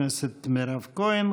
חברת הכנסת מירב כהן.